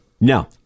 No